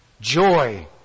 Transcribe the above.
Joy